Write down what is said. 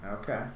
Okay